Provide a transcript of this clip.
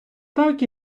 так